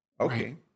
Okay